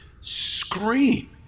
scream